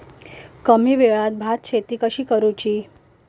कमी वेळात भात शेती कशी करुची?